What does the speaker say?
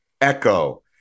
Echo